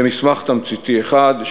למסמך תמציתי אחד,